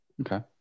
Okay